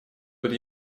под